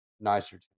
nitrogen